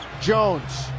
Jones